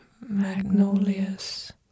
magnolias